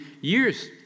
years